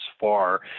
far